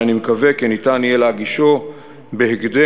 שאני מקווה שניתן יהיה להגישו בהקדם